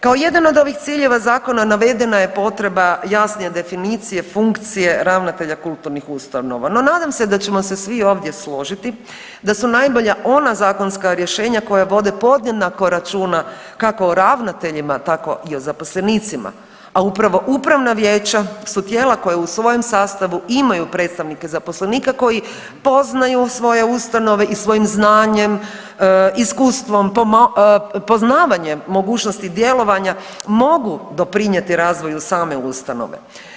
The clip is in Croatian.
Kao jedan od ovih ciljeva zakona navedena je potreba jasnije definicije funkcije ravnatelja kulturnih ustanova, no nadam se da ćemo se svi ovdje složiti da su najbolja ona zakonska rješenja koja vode podjednako računa kako o ravnateljima, tako i o zaposlenicima, a upravo upravna vijeća su tijela koja u svojem sastavu imaju predstavnike zaposlenika koji poznaju svoje ustanove i svojim znanjem, iskustvom, poznavanjem mogućnosti djelovanja mogu doprinijeti razvoju same ustanove.